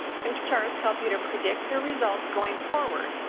control charts help you to predict your results going forward.